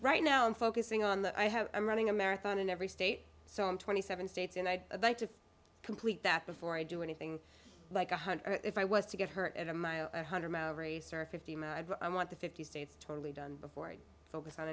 right now i'm focusing on that i have i'm running a marathon in every state so i'm twenty seven states and i'd like to complete that before i do anything like one hundred if i was to get hurt at a hundred mile race or fifty i want the fifty states totally done before i'd focus on